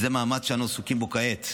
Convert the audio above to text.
וזה מאמץ שאנחנו עסוקים בו כעת.